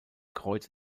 kreuz